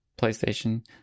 PlayStation